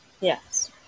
Yes